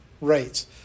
rates